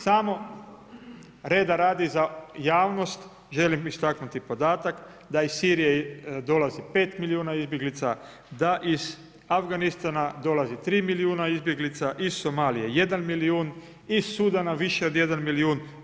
Samo reda radi za javnost želim istaknuti podatak da iz Sirije dolazi 5 milijuna izbjeglica, da iz Afganistana dolazi 3 milijuna izbjeglica, iz Somalije 1 milijun, iz Sudana više od 1 milijun.